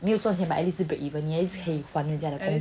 没有赚钱 but at least 是 break even 你 at least 可以还人家的工钱